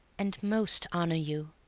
and most honour you.